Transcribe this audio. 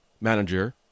manager